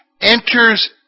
enters